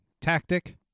tactic